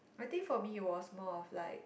I think for me it was more of like